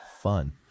Fun